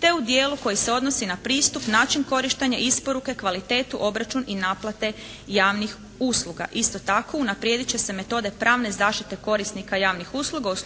te u dijelu koji se odnosi na pristup, način korištenja, isporuke, kvalitetu, obračun i naplate javnih usluga. Isto tako unaprijed će se metode pravne zaštite korisnika javnih usluga u